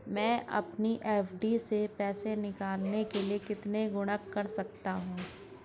मैं अपनी एफ.डी से पैसे निकालने के लिए कितने गुणक कर सकता हूँ?